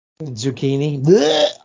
Zucchini